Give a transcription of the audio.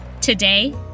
Today